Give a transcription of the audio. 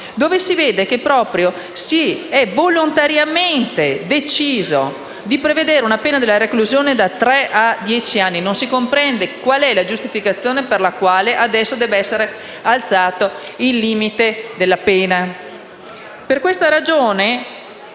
emerge che è stato volontariamente deciso di prevedere una pena della reclusione da tre a dieci anni. Non si comprende la giustificazione per la quale adesso debba essere innalzato il limite della pena.